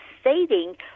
stating